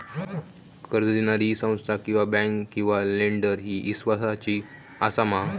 कर्ज दिणारी ही संस्था किवा बँक किवा लेंडर ती इस्वासाची आसा मा?